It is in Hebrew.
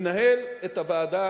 מנהל את הוועדה